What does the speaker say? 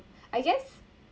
I guess